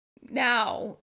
now